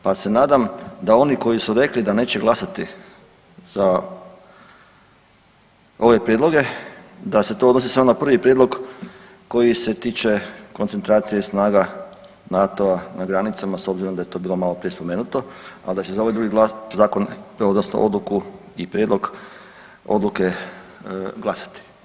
Pa se nadam da oni koji su rekli da neće glasati za ove prijedloge da se to odnosi samo na prvi prijedlog koji se tiče koncentracije snaga NATO-a na granicama s obzirom da je to bilo malo prije spomenuto, a da će za ovaj drugi zakon, odnosno odluku i prijedlog odluke glasati.